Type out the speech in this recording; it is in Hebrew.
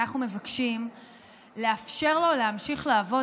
אנחנו מבקשים לאפשר לו להמשיך לעבוד,